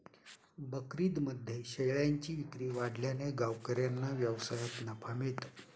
बकरीदमध्ये शेळ्यांची विक्री वाढल्याने गावकऱ्यांना व्यवसायात नफा मिळतो